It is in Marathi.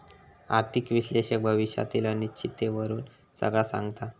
आर्थिक विश्लेषक भविष्यातली अनिश्चिततेवरून सगळा सांगता